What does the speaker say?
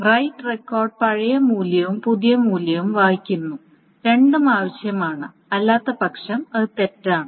right record പഴയ മൂല്യവും പുതിയ മൂല്യവും വായിക്കുന്നു രണ്ടും ആവശ്യമാണ് അല്ലാത്തപക്ഷം ഇത് തെറ്റാണ്